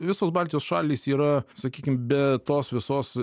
visos baltijos šalys yra sakykim be tos visos